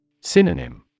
Synonym